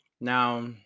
Now